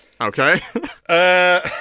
Okay